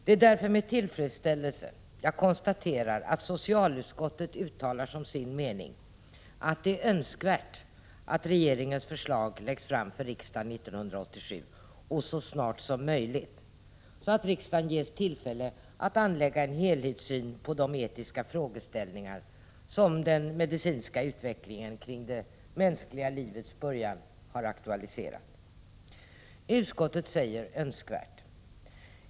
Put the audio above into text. Det är därför med tillfredsställelse som jag konstaterar att socialutskottet uttalar som sin mening att det är önskvärt att regeringens förslag läggs fram för riksdagen 1987, så snart som möjligt, så att riksdagen ges tillfälle att anlägga en helhetssyn på de etiska frågeställningar som den medicinska utvecklingen kring det mänskliga livets början har aktualiserat. Utskottet säger ”önskvärt”.